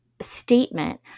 statement